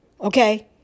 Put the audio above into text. Okay